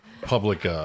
public